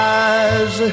eyes